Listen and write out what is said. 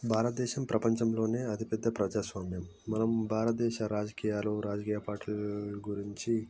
భారతదేశం ప్రపంచంలో అతిపెద్ద ప్రజాస్వామ్యం మనం భారతదేశ రాజకీయాలు రాజకీయ పార్టీలు గురించి